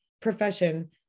profession